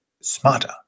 smarter